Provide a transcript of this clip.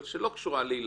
אבל היא לא קשורה לילדים,